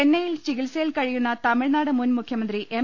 ചെന്നൈയിൽ ചികിത്സയിൽ കഴിയുന്ന തമിഴ്നാട് മുൻ മുഖ്യ മന്ത്രി എം